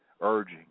urging